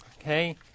okay